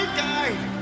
guide